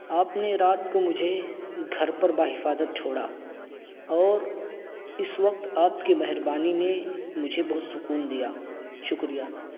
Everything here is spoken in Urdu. آپ نے رات کو مجھے گھر پر باحفاظت چھوڑا اور اس وقت آپ کی مہربانی نے مجھے بہت سکون دیا شکریہ